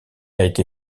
été